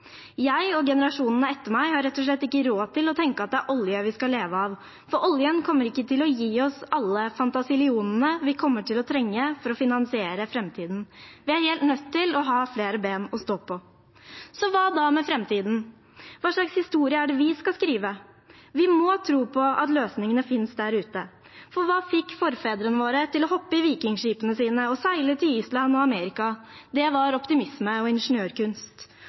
Jeg, og generasjonene etter meg, har rett og slett ikke råd til å tenke at det er oljen vi skal leve av, for oljen kommer ikke til å gi oss alle fantasillionene vi kommer til å trenge for å finansiere framtiden. Vi er helt nødt til å ha flere ben å stå på. Så hva da med framtiden? Hva slags historie er det vi skal skrive? Vi må tro på at løsningene finnes der ute, for: Hva fikk forfedrene våre til å hoppe i vikingskipene sine og seile til Island og Amerika? Det var optimisme og ingeniørkunst.